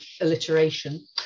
alliteration